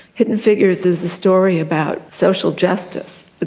hidden figures is a story about social justice. but